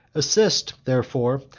assist, therefore,